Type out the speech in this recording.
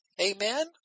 Amen